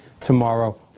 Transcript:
tomorrow